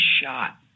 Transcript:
shot